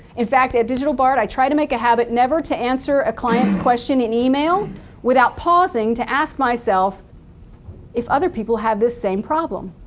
in fact, at digital bard i try to make a habit never to answer a client's question in email without pausing to ask myself if other people have this same problem.